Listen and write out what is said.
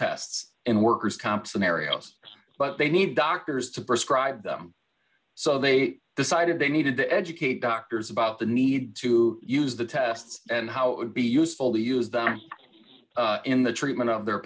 tests in workers comp scenarios but they need doctors to prescribe them so they decided they needed to educate doctors about the need to use the tests and how it would be useful to use them in the treatment of their